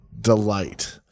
delight